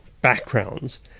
backgrounds